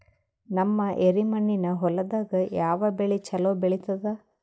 ನಮ್ಮ ಎರೆಮಣ್ಣಿನ ಹೊಲದಾಗ ಯಾವ ಬೆಳಿ ಚಲೋ ಬೆಳಿತದ?